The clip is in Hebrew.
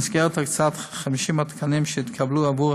במסגרת הקצאת 50 התקנים שהתקבלו עבור